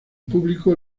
público